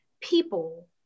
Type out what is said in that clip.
people